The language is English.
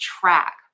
track